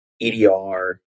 EDR